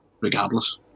regardless